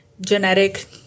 genetic